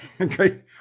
Okay